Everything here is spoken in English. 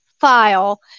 file